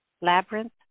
labyrinth